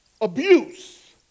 Abuse